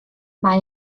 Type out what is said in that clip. mei